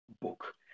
book